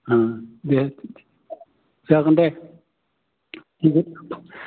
उम जागोन दे